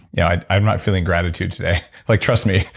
yeah i'm not feeling gratitude today. like trust me,